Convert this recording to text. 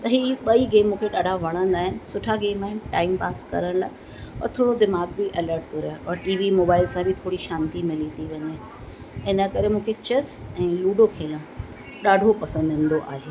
त हीअ ॿई गेम मूंखे ॾाढा वणंदा आहिनि सुठा गेम आहिनि टाइमपास करण लाइ और थोरो दिमाग़ बि अलर्ट करो और टीवी मोबाइल सां बि थोरी शांती मिली थी वञे इन करे मूंखे चैस ऐं लूडो खेलणु ॾाढो पसंदि ईंदो आहे